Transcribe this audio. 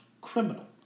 criminal